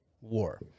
war